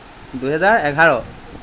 দুহেজাৰ এঘাৰ